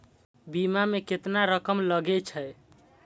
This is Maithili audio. बीमा में केतना रकम लगे छै?